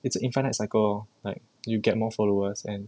it's an infinite cycle lor like you get more followers and